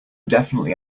definitely